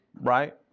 right